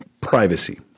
Privacy